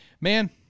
Man